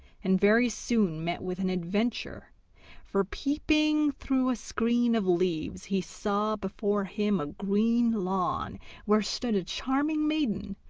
and very soon met with an adventure for, peeping through a screen of leaves, he saw before him a green lawn where stood a charming maiden,